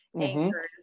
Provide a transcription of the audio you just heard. anchors